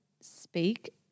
speak